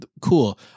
Cool